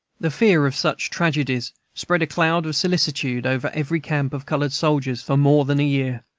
the fear of such tragedies spread a cloud of solicitude over every camp of colored soldiers for more than a year,